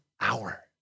hour